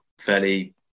fairly